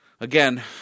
Again